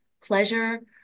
pleasure